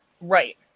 Right